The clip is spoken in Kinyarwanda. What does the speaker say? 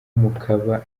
mukaba